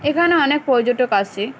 এখানে অনেক পর্যটক আসে